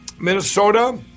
Minnesota